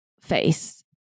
face